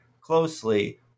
closely